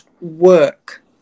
work